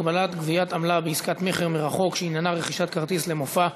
הגבלת גביית עמלה בעסקת מכר מרחוק שעניינה רכישת כרטיס למופע),